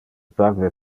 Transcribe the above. parve